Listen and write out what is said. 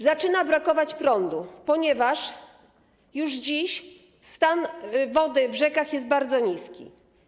Zaczyna brakować prądu, ponieważ już dziś stan wody w rzekach jest bardzo niski.